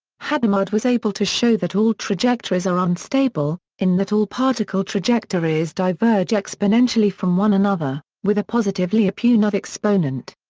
hadamard was able to show that all trajectories are unstable, in that all particle trajectories diverge exponentially from one another, with a positive lyapunov exponent.